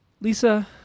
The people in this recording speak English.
Lisa